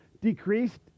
decreased